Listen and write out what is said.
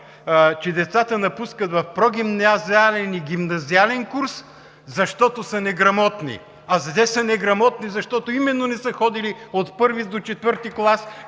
че децата напускат в прогимназиален и гимназиален курс, защото са неграмотни. А те са неграмотни, защото именно не са ходили от I до IV клас